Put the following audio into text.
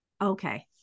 Okay